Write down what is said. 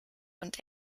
und